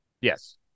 Yes